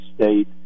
state